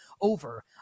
over